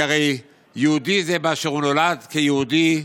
כי הרי יהודי זה באשר הוא נולד כיהודי,